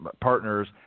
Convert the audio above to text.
partners